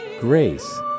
grace